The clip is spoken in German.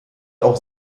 auch